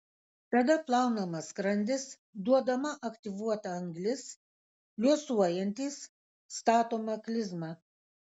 tada plaunamas skrandis duodama aktyvuota anglis liuosuojantys statoma klizma